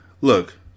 Look